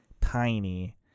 tiny